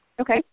Okay